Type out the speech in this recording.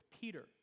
Peter